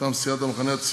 מטעם המחנה הציוני,